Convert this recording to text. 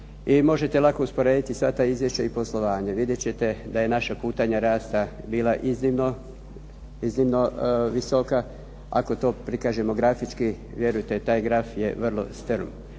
možete lako usporediti sva ta izvješća i poslovanje. Vidjet ćete da je naša putanja rasta bila iznimno visoka, ako to prikažemo grafički vjerujte taj graf je vrlo strm.